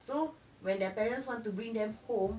so when their parents want to bring them home right